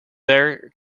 there